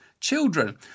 children